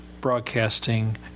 broadcasting